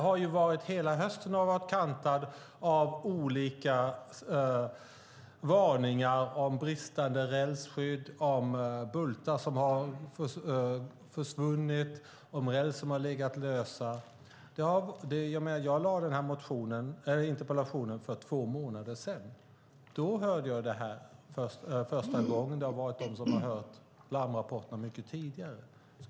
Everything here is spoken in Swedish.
Hela hösten har varit kantad av olika varningar om bristande rälsskydd, om bultar som har försvunnit och om räls som har legat lösa. Jag lämnade in den här interpellationen för två månader sedan. Då hörde jag om detta för första gången. Det finns de som har hört larmrapporterna mycket tidigare.